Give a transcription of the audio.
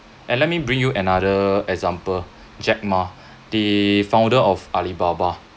and let me bring you another example jack ma the founder of alibaba